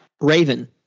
raven